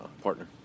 partner